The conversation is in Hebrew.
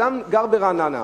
אדם גר ברעננה,